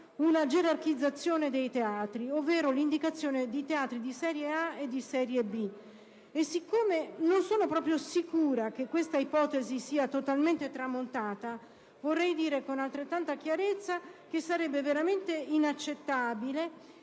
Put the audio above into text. una gerarchizzazione dei teatri, ovvero l'indicazione di teatri di serie A e di serie B. Siccome non sono proprio sicura che tale ipotesi sia totalmente tramontata, vorrei sottolineare con altrettanta chiarezza che sarebbero inaccettabili